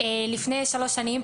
לפני שלוש שנים,